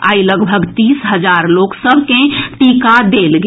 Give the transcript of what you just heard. आई लगभग तीस हजार लोक सभ के टीका देल गेल